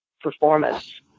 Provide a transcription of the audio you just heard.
performance